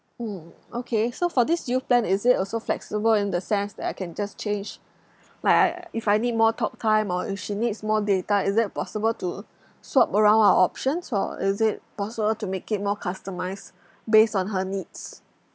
mm okay so for this youth plan is it also flexible in the sense that I can just change like I if I need more talktime or if she needs more data is it possible to swap around our options or is it possible to make it more customised based on her needs